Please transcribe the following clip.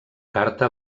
carta